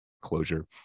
closure